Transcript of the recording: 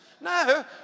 No